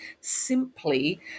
simply